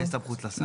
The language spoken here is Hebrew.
יש סמכות לשר.